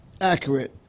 accurate